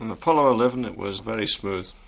um apollo eleven, it was very smooth.